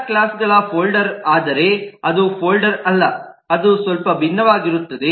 ಎಲ್ಲಾ ಕ್ಲಾಸ್ ಗಳ ಫೋಲ್ಡರ್ ಆದರೆ ಅದು ಫೋಲ್ಡರ್ ಅಲ್ಲ ಅದು ಸ್ವಲ್ಪ ಭಿನ್ನವಾಗಿರುತ್ತದೆ